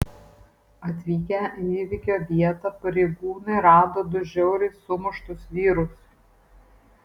atvykę į įvykio vietą pareigūnai rado du žiauriai sumuštus vyrus